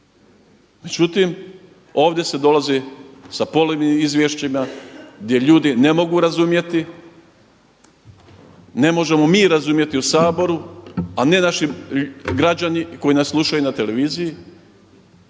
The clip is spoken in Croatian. Međutim, ovdje se dolazi sa …/Govornik se ne razumije./… izvješćima gdje ljudi ne mogu razumjeti, ne možemo mi razumjeti u Saboru a ne naši građani koji nas slušaju na televiziji.